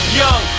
young